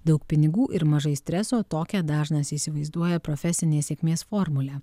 daug pinigų ir mažai streso tokią dažnas įsivaizduoja profesinės sėkmės formulę